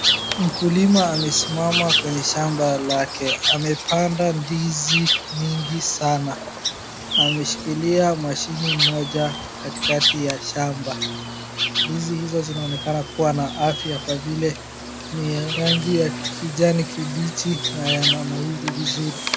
Mkulima amesimama kwenye shamba lake. Amepanda ndizi mingi sana. Ameshikilia mashini moja katikati ya shamba. Ndizi hizo zinaonekana kuwa na afya kwa vile ni ya rangi ya kijani kibichi na yananawiri vizuri.